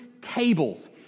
tables